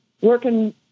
working